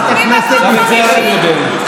גם את זה אתם יודעים.